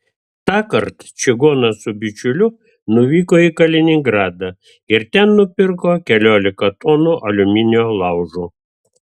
tąkart čigonas su bičiuliu nuvyko į kaliningradą ir ten nupirko keliolika tonų aliuminio laužo